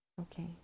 okay